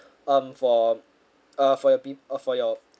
um for uh for your pi~ uh for your